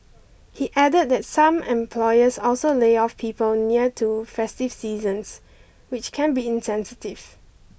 he added that some employers also lay off people near to festive seasons which can be insensitive